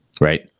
right